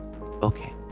Okay